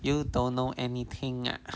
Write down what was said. you don't know anything ah